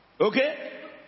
Okay